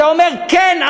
אתה אומר: כן,